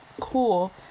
Cool